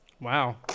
Wow